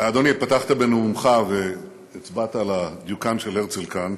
אדוני, פתחת בנאומך והצבעת על הדיוקן של הרצל כאן,